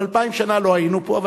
אבל אלפיים שנה לא היינו פה.